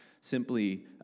simply